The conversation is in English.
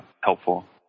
helpful